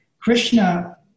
Krishna